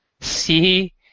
see